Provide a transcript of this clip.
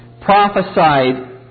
prophesied